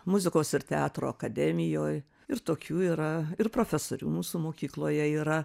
muzikos ir teatro akademijoj ir tokių yra ir profesorių mūsų mokykloje yra